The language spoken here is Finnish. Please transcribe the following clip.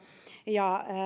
ja